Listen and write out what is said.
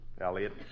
Elliot